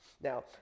Now